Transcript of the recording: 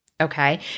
Okay